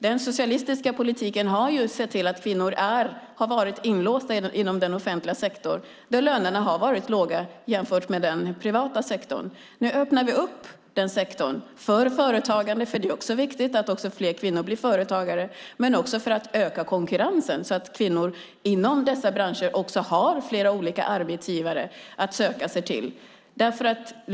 Den socialistiska politiken har sett till att kvinnor har varit inlåsta i den offentliga sektorn där lönerna har varit låga jämfört med i den privata sektorn. Nu öppnar vi den sektorn för företagande, för det är viktigt att fler kvinnor blir företagare, också för att öka konkurrensen så att kvinnor inom dessa branscher har flera olika arbetsgivare att söka sig till.